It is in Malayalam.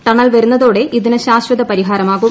ടണൽ വരുന്ന തോടെ ഇതിന് ശാശ്വത പരിഹാരമാകും